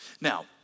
Now